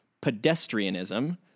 pedestrianism